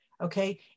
okay